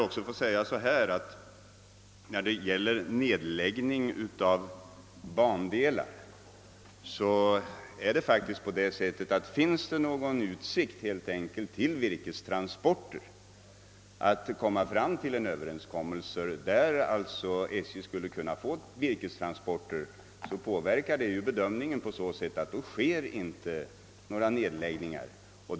När det gäller nedläggning av bandelar är det faktiskt på det sättet, att om det finns någon utsikt att träffa överenskommelse om att SJ skall få virkestransporter, påverkar detta bedömningen på så sätt att ingen nedläggning sker.